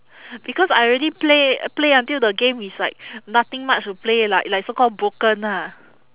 because I already play play until the game is like nothing much to play like like so call broken lah